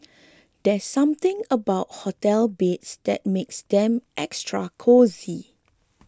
there's something about hotel beds that makes them extra cosy